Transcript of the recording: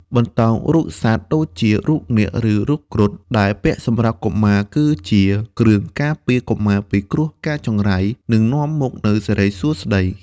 បន្តោងរូបសត្វ ដូចជា រូបនាគ ឬ រូបគ្រុឌ ដែលពាក់សម្រាប់កុមារគឺជាគ្រឿងការពារ កុមារពីគ្រោះកាចចង្រៃ និងនាំមកនូវសិរីសួស្តី។